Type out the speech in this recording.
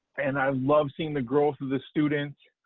and i love seeing the growth of the students,